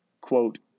Quote